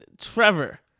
Trevor